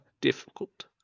difficult